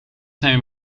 zijn